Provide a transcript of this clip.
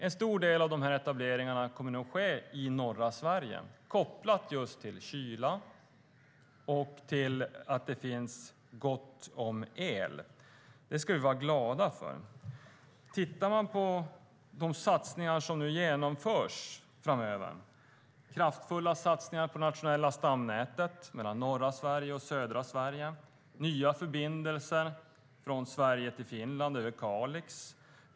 En stor del av etableringarna kommer nog att ske i norra Sverige, kopplat just till kyla och till att det finns gott om el. Det ska vi vara glada för. Låt oss titta på de satsningar som nu genomförs framöver. Det är kraftfulla satsningar på det nationella stamnätet mellan norra Sverige och södra Sverige. Det är nya förbindelser från Sverige till Finland över Kalix.